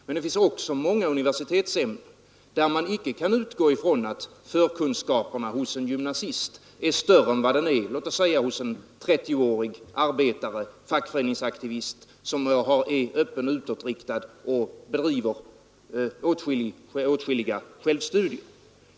Men det finns också många universitetsämnen där man icke kan utgå ifrån att förkunskaperna hos en gymnasist är större än vad de är hos låt mig säga en 30-årig arbetare och fackföreningsaktivist som är öppen och utåtriktad och bedriver åtskilliga självstudier.